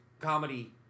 comedy